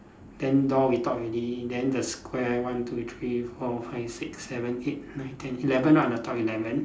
then door we talk already then the square one two three four five six seven eight nine ten eleven ah the top eleven